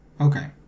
Okay